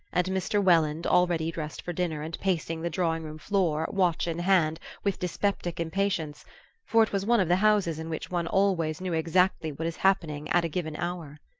and mr. welland, already dressed for dinner, and pacing the drawing-room floor, watch in hand, with dyspeptic impatience for it was one of the houses in which one always knew exactly what is happening at a given hour.